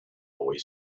boy